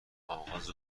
آغاز